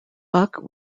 buck